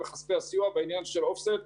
בכספי הסיוע בעניין של OFFSET .